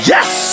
Yes